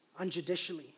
Unjudicially